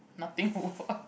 nothing !wow!